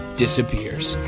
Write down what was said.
disappears